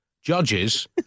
judges